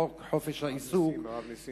חוק חופש העיסוק, הרב נסים.